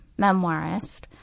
memoirist